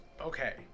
okay